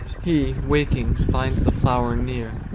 he, waking, finds the flower near.